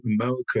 America